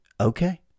Okay